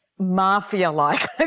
mafia-like